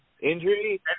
injury